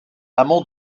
amont